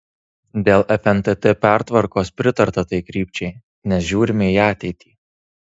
dėl fntt pertvarkos pritarta tai krypčiai nes žiūrime į ateitį